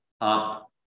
up